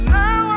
now